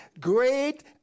great